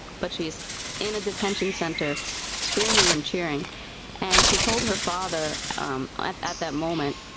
but she's in a detention center screaming and cheering and she told her father um at at that moment,